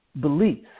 beliefs